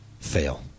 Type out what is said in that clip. fail